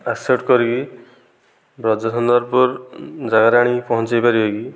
accept କରିକି ବ୍ରଜସୁନ୍ଦରପୁର ଗାଁରେ ଆଣିକି ପହଞ୍ଚାଇପାରିବେ କି